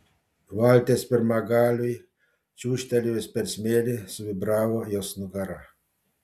valties pirmagaliui čiūžtelėjus per smėlį suvibravo jos nugara